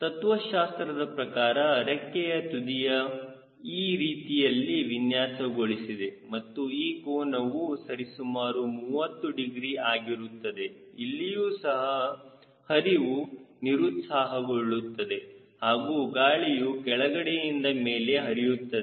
ತತ್ವಶಾಸ್ತ್ರದ ಪ್ರಕಾರ ರೆಕ್ಕೆಯ ತುದಿಯು ಈ ರೀತಿಯಲ್ಲಿ ವಿನ್ಯಾಸಗೊಳಿಸಿದೆ ಮತ್ತು ಈ ಕೋನವು ಸರಿಸುಮಾರು 30 ಡಿಗ್ರಿ ಆಗಿರುತ್ತದೆ ಇಲ್ಲಿಯೂ ಸಹ ಹರಿತವು ನಿರುತ್ಸಾಹ ಗೊಳ್ಳುತ್ತದೆ ಹಾಗೂ ಗಾಳಿಯು ಕೆಳಗಡೆಯಿಂದ ಮೇಲೆ ಹರಿಯುತ್ತದೆ